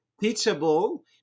Teachable